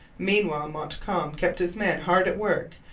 meanwhile montcalm kept his men hard at work,